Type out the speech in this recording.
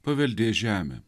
paveldės žemę